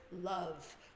love